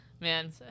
Man